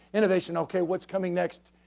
innovation, okay, what's coming next?